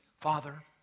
Father